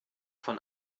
von